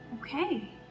Okay